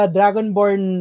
Dragonborn